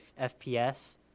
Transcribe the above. FPS